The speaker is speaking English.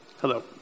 Hello